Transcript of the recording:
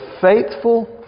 faithful